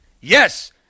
Yes